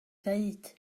ddweud